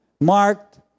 marked